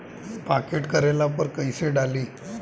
Pocket करेला पर कैसे डाली?